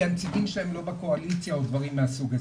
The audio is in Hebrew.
כי הנציגים שלהן לא בקואליציה או דברים מהסוג הזה.